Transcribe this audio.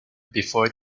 before